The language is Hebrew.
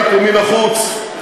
זה עבר בבג"ץ,